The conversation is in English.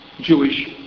Jewish